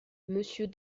monsieur